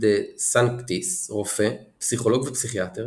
דה סנקטיס רופא, פסיכולוג ופסיכיאטר